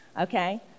okay